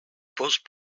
pose